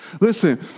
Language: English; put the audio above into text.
listen